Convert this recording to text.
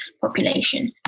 population